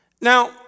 Now